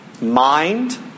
mind